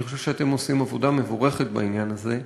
אני חושב שאתם עושים עבודה מבורכת בעניין הזה.